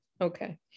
okay